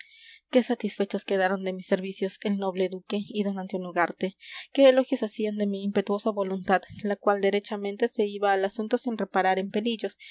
qué satisfechos quedaron de mis servicios el noble duque y d antonio ugarte qué elogios hacían de mi impetuosa voluntad la cual derechamente se iba al asunto sin reparar en pelillos